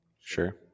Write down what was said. sure